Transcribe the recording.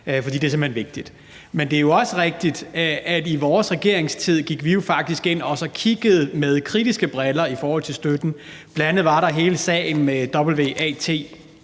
fordi det simpelt hen er vigtigt. Men det er jo også rigtigt, at i vores regeringstid gik vi faktisk ind og kiggede med kritiske briller på støtten. Bl.a. var der hele sagen med